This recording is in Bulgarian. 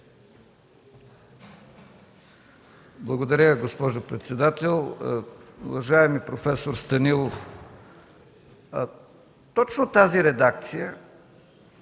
Благодаря, госпожо председател. Уважаеми проф. Станилов, точно тази редакция